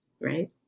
right